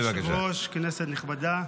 אדוני היושב-ראש, כנסת נכבדה,